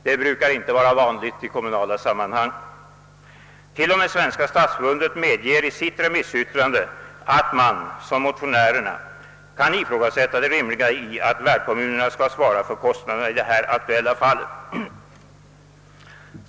Det brukar inte vara vanligt i kommunala sammanhang. T. o. m. Svenska stadsförbundet medger i sitt remissyttrande, att man — liksom motionärerna gör — kan ifrågasätta det rimliga i att värdkommunerna skall svara för kostnaderna i de aktuella fallen.